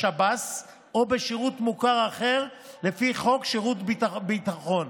בשב"ס או בשירות מוכר אחר לפי חוק שירות ביטחון,